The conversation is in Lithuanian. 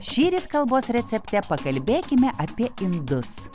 šįryt kalbos recepte pakalbėkime apie indus